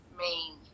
main